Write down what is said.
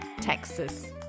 Texas